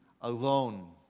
alone